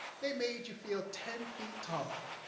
they made you feel ten feet tall.